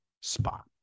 spot